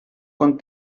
con